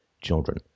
children